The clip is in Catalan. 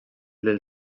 del